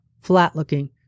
flat-looking